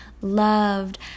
loved